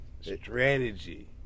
strategy